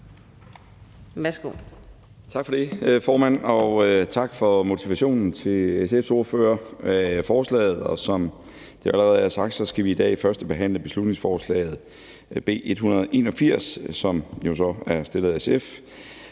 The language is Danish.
Tak for det, formand, og tak til SF's ordfører for motivationen for forslaget. Som det allerede er sagt, skal vi i dag førstebehandle beslutningsforslag nr. B 181, som jo så er fremsat af SF.